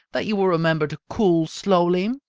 that you will remember to cool slowly.